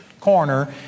corner